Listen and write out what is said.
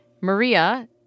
Maria